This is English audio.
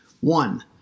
One